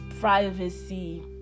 privacy